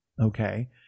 Okay